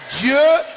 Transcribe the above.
Dieu